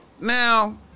Now